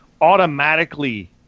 automatically